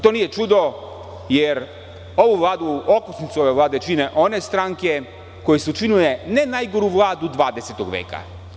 To nije čudo jer ovu Vladu, okosnicu ove Vlade čine one stranke koje su činile ne najgoru Vladu 20. veka.